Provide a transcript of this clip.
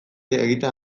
egiten